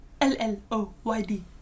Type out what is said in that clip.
L-L-O-Y-D